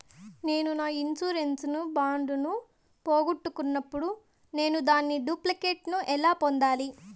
నేను నా insurance bond ను పోగొట్టుకున్నప్పుడు నేను దాని డూప్లికేట్ ను ఎలా పొందాలి?